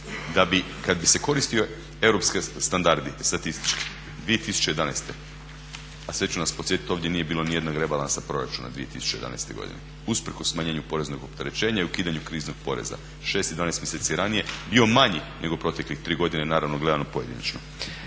kada bi se koristili europski standardi statistički 2011. a sve ću nas podsjetiti ovdje nije bilo ni jednog rebalansa proračuna 2011. godine, usprkos smanjenju poreznog opterećenja i ukidanju kriznog poreza 6 i 12 mjeseci ranije bio manji nego proteklih 3 godine naravno gledano pojedinačno.